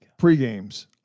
pregames